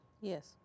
Yes